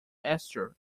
esther